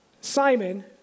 Simon